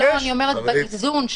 חברים,